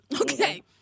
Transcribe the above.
okay